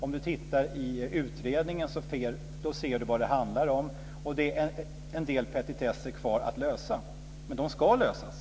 Om man tittar i utredningen kan man se vad det handlar om. Det är en del petitesser kvar att lösa, men de ska lösas.